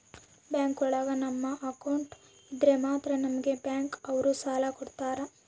bank ಒಳಗ ನಮ್ account ಇದ್ರೆ ಮಾತ್ರ ನಮ್ಗೆ ಬ್ಯಾಂಕ್ ಅವ್ರು ಸಾಲ ಕೊಡ್ತಾರ